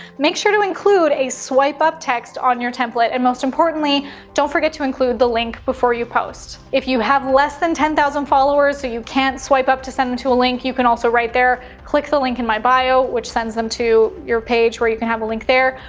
make sure to include a swipe up text on your template and most importantly don't forget to include the link before you post. if you have less than ten thousand followers, so you can't swipe up to send them to a link, you can also write there, click the link in my bio which sends them to your page where you can have a link there.